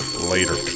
Later